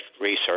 research